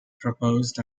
proposed